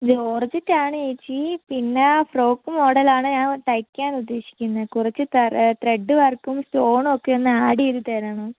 ജോർജെറ്റ്ണ് ആണ് ചേച്ചി പിന്നെ ഫ്രോക്ക് മോഡലാണ് ഞാൻ തയ്ക്കാൻ ഉദ്ദേശിക്കുന്നത് കുറച്ച് ത്രെഡ്ഡ് വർക്കും സ്റ്റോണുമൊക്കെ ഒന്ന് ആഡ് ചെയ്തുഇ തരണം